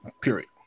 period